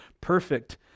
perfect